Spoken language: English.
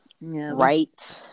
right